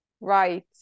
right